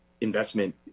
investment